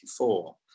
1984